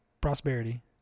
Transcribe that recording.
prosperity